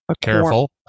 Careful